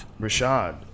Rashad